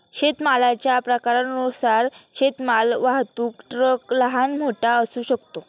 शेतमालाच्या प्रकारानुसार शेतमाल वाहतूक ट्रक लहान, मोठा असू शकतो